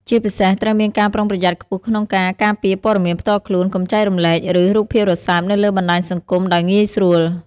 ជាពិសេសត្រូវមានការប្រុងប្រយ័ត្នខ្ពស់ក្នុងការ ការពារព័ត៌មានផ្ទាល់ខ្លួន កុំចែករំលែក ឬរូបភាពរសើបនៅលើបណ្តាញសង្គមដោយងាយស្រួល។